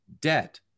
debt